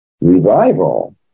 Revival